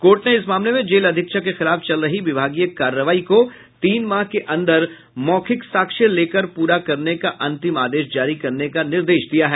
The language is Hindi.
कोर्ट ने इस मामले में जेल अधीक्षक के खिलाफ चल रही विभागीय कार्रवाई को तीन माह के अंदर मौखिक साक्ष्य लेकर प्ररा करने का अंतिम आदेश जारी करने का निर्देश दिया है